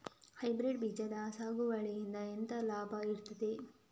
Hybrid ಬೀಜದ ಸಾಗುವಳಿಯಿಂದ ಎಂತ ಲಾಭ ಇರ್ತದೆ?